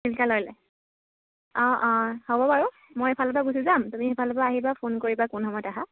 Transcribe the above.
চিল্কালয়লৈ অঁ অঁ হ'ব বাৰু মই এইফালৰপৰা গুছি যাম তুমি সেইফালৰপৰা আহিবা ফোন কৰিবা কোন সময়ত আহা